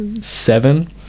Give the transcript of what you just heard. seven